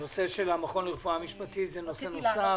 נושא המכון לרפואה משפטית הוא נושא נוסף.